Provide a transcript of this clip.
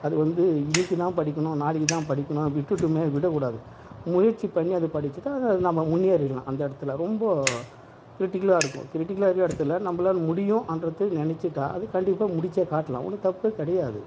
அது வந்து இன்றைக்கி தான் படிக்கணும் நாளைக்கு தான் படிக்கணும் விட்டுவிட்டோமே விடக்கூடாது முயற்சி பண்ணி அதை படிச்சுட்டால் அது நம்ம முன்னேறிவிடலாம் அந்த இடத்துல ரொம்ப கிரிட்டிகலாக இருக்கும் கிரிட்டிகலாக இருக்கிற இடத்துல நம்மளால் முடியும் அந்த இடத்துல நினச்சிட்டா அது கண்டிப்பாக முடித்தே காட்டலாம் ஒன்றும் தப்பு கிடையாது